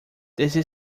desde